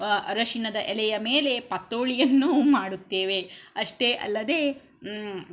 ಅರಶಿನದ ಎಲೆಯ ಮೇಲೆ ಪಾತ್ತೋಳಿಯನ್ನು ಮಾಡುತ್ತೇವೆ ಅಷ್ಟೇ ಅಲ್ಲದೇ